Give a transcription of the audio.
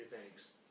thanks